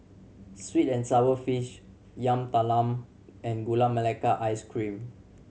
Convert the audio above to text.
sweet and sour fish Yam Talam and Gula Melaka Ice Cream